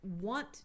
want